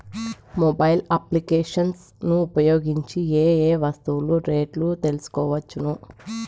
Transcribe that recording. Mobile applications ను ఉపయోగించి ఏ ఏ వస్తువులు రేట్లు తెలుసుకోవచ్చును?